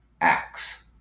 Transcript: acts